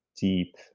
deep